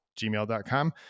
gmail.com